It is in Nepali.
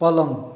पलङ